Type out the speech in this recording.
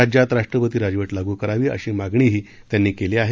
राज्यात राष्ट्रपती राजव लागू करावी अशी मागणीही त्यांनी केली आहे